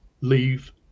Leave